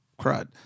crud